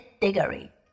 Diggory